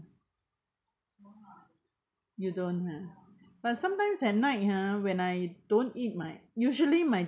you don't ah but sometimes at night ha when I don't eat my usually my